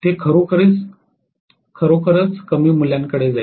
ते खरोखरच कमी मूल्यांमध्ये जाईल